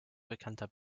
bekannter